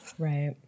Right